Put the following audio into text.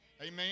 Amen